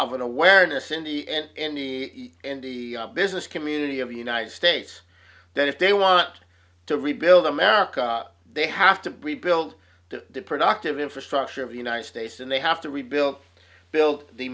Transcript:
of an awareness in the end and the business community of the united states that if they want to rebuild america they have to rebuild the productive infrastructure of the united states and they have to rebuild built the